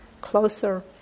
closer